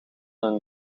hun